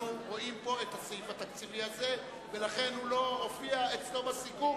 אנחנו רואים פה את הסעיף התקציבי הזה ולכן הוא לא הופיע אצלו בסיכום,